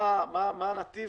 מה הנתיב